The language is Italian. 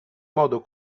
modo